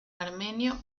armenio